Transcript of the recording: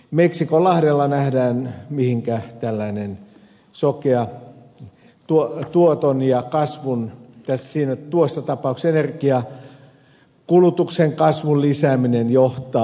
meksikonlahdella nähdään mi hinkä tällainen sokea tuoton ja kasvun tuossa tapauksessa energiankulutuksen kasvun lisääminen johtaa